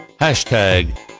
hashtag